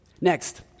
Next